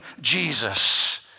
Jesus